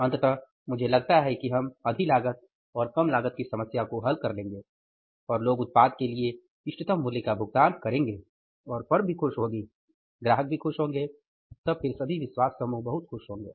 अंततः मुझे लगता है कि हम अधिलागत और कम लागत की समस्या को हल कर लेंगे और लोग उत्पाद के लिए इष्टतम मूल्य का भुगतान करेंगे और फर्म भी खुश होगी ग्राहक भी खुश होंगे तब फिर सभी विश्वास समूह बहुत खुश होंगे